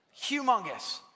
Humongous